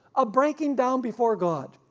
a breaking down before god,